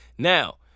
Now